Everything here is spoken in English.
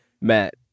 Matt